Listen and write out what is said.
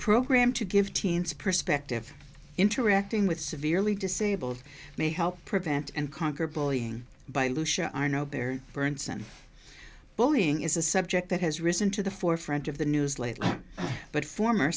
program to give teens perspective interacting with severely disabled may help prevent and conquer bullying by lucia are know their bernsen bullying is a subject that has risen to the forefront of the news lately but former